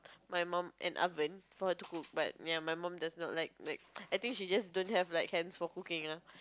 my mom an oven for her to cook but ya my mom does not like like I think she just don't have the hands for cooking ya